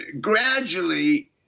gradually